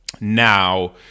now